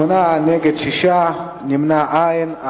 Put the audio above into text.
8, נגד, 6, אין נמנעים.